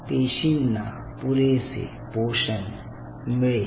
पेशींना पुरेसे पोषण मिळेल